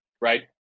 right